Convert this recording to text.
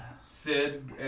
Sid